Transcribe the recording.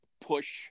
push